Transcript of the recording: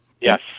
Yes